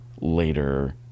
later